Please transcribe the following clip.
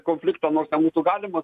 konfliktą nors ten būtų galima